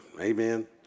Amen